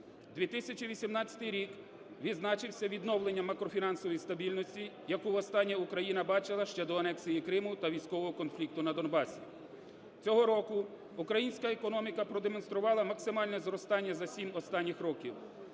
2018 рік відзначився відновленням макрофінансової стабільності, яку востаннє Україна бачила ще до анексії Криму та військового конфлікту на Донбасі. Цього року українська економіка продемонструвала максимальне зростання за 7 останніх років.